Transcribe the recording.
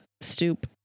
stoop